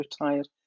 retired